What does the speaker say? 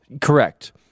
Correct